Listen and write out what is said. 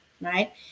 right